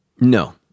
No